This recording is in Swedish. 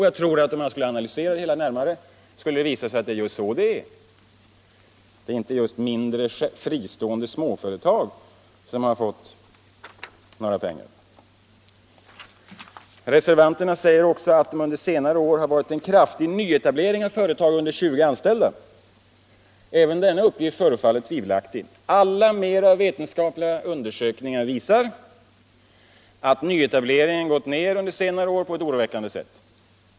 Jag tror att det, om man vill analysera frågan närmare, skulle visa sig att det inte är fristående småföretag som fått dessa pengar. Reservanterna säger också att det under senare år varit en kraftig nyetablering av företag med under 20 anställda. Även denna uppgift förefaller tvivelaktig. Alla mera vetenskapliga undersökningar visar att nyetableringen gått ned under senare år på ett oroväckande sätt.